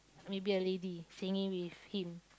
maybe a lady singing with him